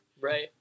Right